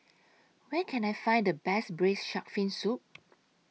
Where Can I Find The Best Braised Shark Fin Soup